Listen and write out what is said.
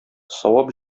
савап